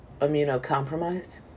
immunocompromised